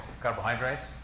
carbohydrates